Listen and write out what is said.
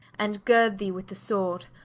and girt thee with the sword.